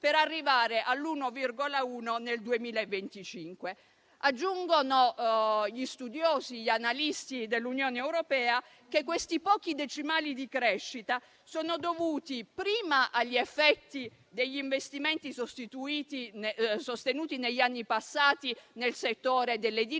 per arrivare all'1,1 per cento nel 2025. Aggiungono gli analisti dell'Unione europea che questi pochi decimali di crescita sono dovuti prima agli effetti degli investimenti sostenuti negli anni passati nel settore dell'edilizia